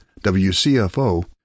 WCFO